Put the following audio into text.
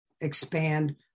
expand